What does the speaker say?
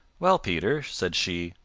well, peter, said she,